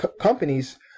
companies